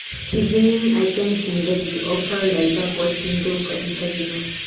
seasoning ꯑꯥꯏꯇꯦꯝꯁꯤꯡꯗꯒꯤ offer ꯂꯩꯕ ꯄꯣꯠꯁꯤꯡꯗꯨ ꯀꯔꯤ ꯀꯔꯤꯅꯣ